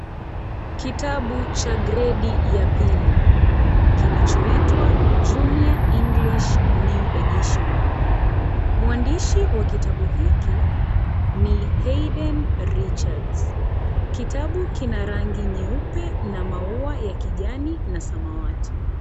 Kitabu cha gredi ya pili kinachoitwa Junior English new edition, mwandishi wa kitabu hiki ni Haiden Richards . Kitabu kina rangi nyeupe na maua ya kijani na samawati .